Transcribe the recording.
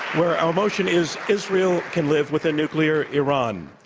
where our motion is israel can live with a nuclear iran.